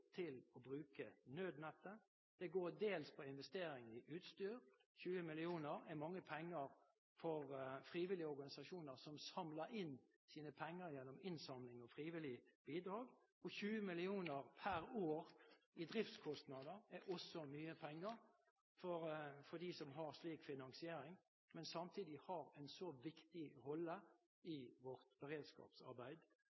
til å bruke Nødnett. Det går dels på investeringer i utstyr. 20 mill. kr er mange penger for frivillige organisasjoner som får inn sine penger gjennom innsamling og frivillige bidrag. Og 20 mill. kr per år i driftskostnader er også mye penger for dem som har slik finansiering, men samtidig har en så viktig rolle